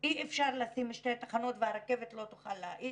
אי אפשר לשים שתי תחנות והרכבת לא תוכל להאט?